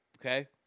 okay